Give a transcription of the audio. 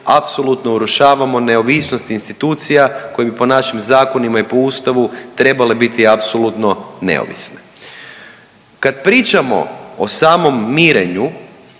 apsolutno urušavamo neovisnost institucija koji bi po našim zakonima i po Ustavu trebale biti apsolutno neovisne. Kad pričamo o samom mirenju